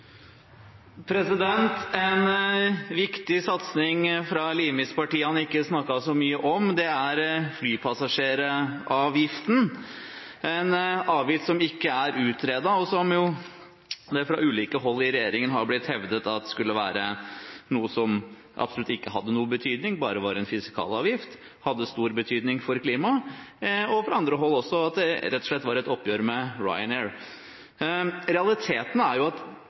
flypassasjeravgiften, en avgift som ikke er utredet, og som det fra ulike hold i regjeringen har blitt hevdet skulle være noe som absolutt ikke hadde noen betydning, at det bare var en fiskalavgift, at det hadde stor betydning for klimaet, og fra andre hold også at det rett og slett var et oppgjør med Ryanair. Realiteten er at dette er